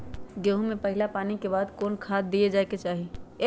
गेंहू में पहिला पानी के बाद कौन खाद दिया के चाही?